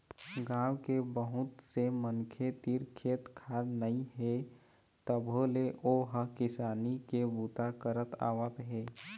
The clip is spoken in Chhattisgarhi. गाँव के बहुत से मनखे तीर खेत खार नइ हे तभो ले ओ ह किसानी के बूता करत आवत हे